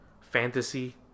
fantasy